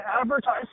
advertise